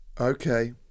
Okay